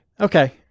Okay